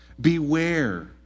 Beware